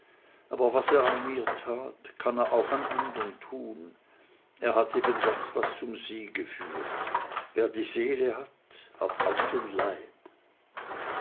aber was er an mir tat kann er auch an andern tun er hat eben das was zum siege führt wer die seele hat hat auch den leib